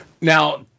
Now